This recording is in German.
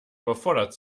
überfordert